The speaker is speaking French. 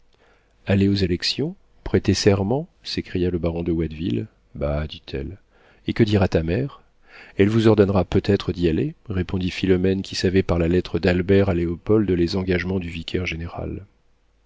aller aux élections prêter serment s'écria le baron de watteville bah dit elle et que dira ta mère elle vous ordonnera peut-être d'y aller répondit philomène qui savait par la lettre d'albert à léopold les engagements du vicaire général